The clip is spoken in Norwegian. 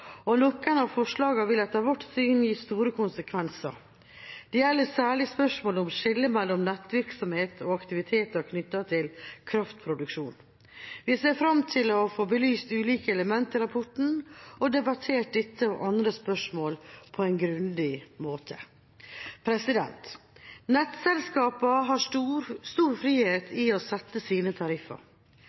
og noen av forslagene vil etter vårt syn gi store konsekvenser. Det gjelder særlig i spørsmålet om å skille mellom nettvirksomhet og aktiviteter knyttet til kraftproduksjon. Vi ser fram til å få belyst ulike elementer i rapporten og debattert dette og andre spørsmål på en grundig måte. Nettselskapene har stor frihet til å sette sine tariffer.